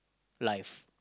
life